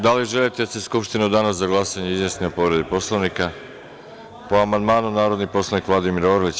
Da li želite da se Skupština u danu za glasanje izjasni u povredi Poslovnika? (Ne.) Po amandmanu, narodni poslanik Vladimir Orlić.